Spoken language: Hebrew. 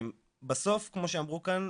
בסוף כמו שאמרו כאן,